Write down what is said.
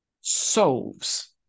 solves